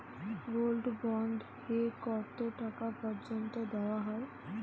Gold bond এ কতো টাকা পর্যন্ত দেওয়া হয়?